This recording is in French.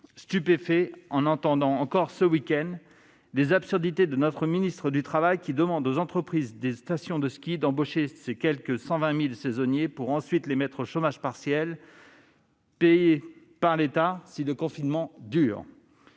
stupéfait d'entendre, le week-end dernier, les absurdités de la ministre du travail ? Elle demande aux entreprises des stations de ski d'embaucher quelque 120 000 saisonniers, puis de les mettre au chômage partiel, payé par l'État, si le confinement dure